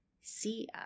see